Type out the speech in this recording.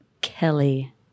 Kelly